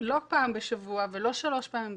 לא פעם בשבוע ולא שלוש פעמים בשבוע.